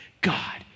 God